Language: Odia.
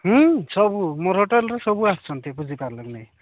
ସବୁ ମୋର ହୋଟେଲରେ ସବୁ ଆସଛନ୍ତି ବୁଜି ପାର୍ଲ ନେଇ